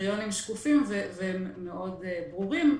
הקריטריונים שקופים ומאוד ברורים.